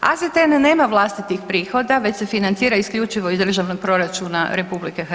AZTN nema vlastitih prihoda već se financira isključivo iz državnog proračuna RH.